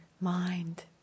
mind